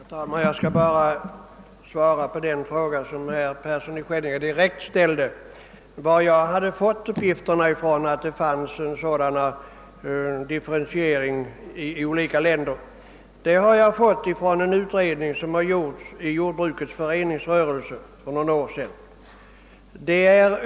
Herr talman! Jag skall bara svara på den fråga, som herr Persson i Skänninge direkt ställde till mig. Han frågade nämligen, varifrån jag hade fått uppgiften att det fanns en sådan differentiering av slaktdjursavgifterna som här nämnts i olika länder. Den uppgiften har jag fått från en utredning, som gjorts i jordbrukets föreningsrörelse för några år sedan.